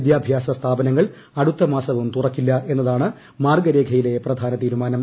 വിദ്യാഭ്യാസ സ്ഥാപനങ്ങൾ അടുത്ത മാസവും തുറക്കില്ല എന്നതാണ് മാർഗരേഖയിലെ പ്രധാന തീരുമാനം